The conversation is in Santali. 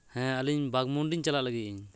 ᱦᱮᱸ ᱟᱹᱞᱤᱧ ᱵᱟᱜᱽᱢᱩᱱᱰᱤ ᱪᱟᱞᱟᱜ ᱞᱟᱹᱜᱤᱫ ᱤᱧ